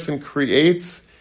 creates